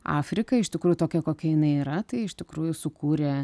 afrika iš tikrųjų tokia kokia jinai yra tai iš tikrųjų sukūrė